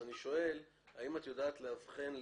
אז אני שואל האם את יודעת לאבחן לי,